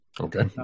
Okay